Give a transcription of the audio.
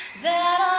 there